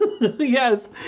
yes